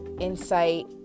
insight